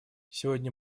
сегодня